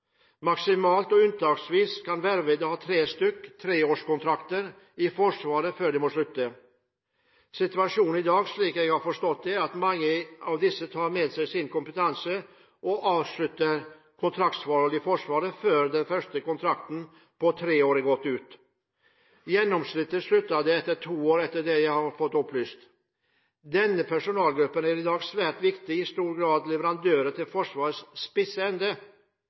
Maksimalt og unntaksvis kan vervede ha tre stykker treårskontrakter i Forsvaret før de må slutte. Situasjonen i dag, slik jeg har forstått, er at mange av disse tar med seg sin kompetanse og avslutter kontraktsforholdet i Forsvaret før den første kontrakten på tre år er gått ut. Gjennomsnittlig slutter man etter to år, etter det jeg har fått opplyst. Denne personellgruppen er i dag svært viktig og er i stor grad leverandør til Forsvarets spisse ende.